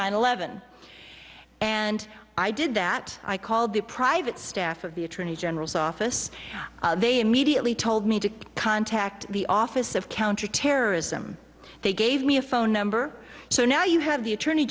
nine eleven and i did that i called the private staff of the attorney general's office they immediately told me to contact the office of counterterrorism they gave me a phone number so now you have the attorney